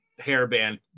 hairband